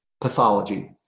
pathology